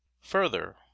further